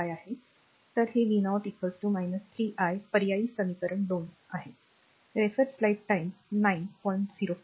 तर हे v0 3 i पर्यायी समीकरण 2